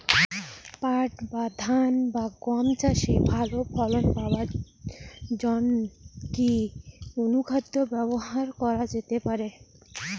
পাট বা ধান বা গম চাষে ভালো ফলন পাবার জন কি অনুখাদ্য ব্যবহার করা যেতে পারে?